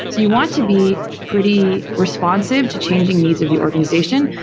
you want to be pretty responsive to changing needs of the organization,